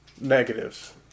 negatives